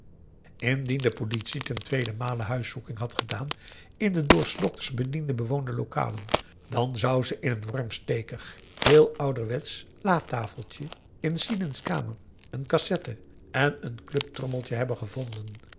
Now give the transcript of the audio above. indien de politie ten tweeden male huiszoeking had gedaan in de door s dokters bedienden bewoonde lokalen dan zou ze in een wormstekig heel ouderwetsch latafeltje in sidins kamer een cassette en een chubtrommeltje hebben gevonden